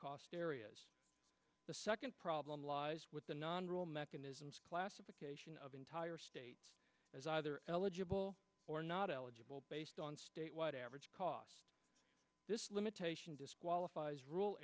cost areas the second problem lies with the non role mechanisms classification of entire states as either eligible or not eligible based on statewide average costs this limitation disqualifies ru